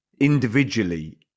individually